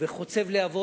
וחוצב להבות.